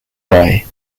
way